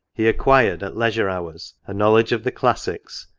he acquired, at leisure hours, a knowledge of the classics,